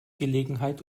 gelegenheit